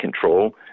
control